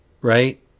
right